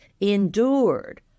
endured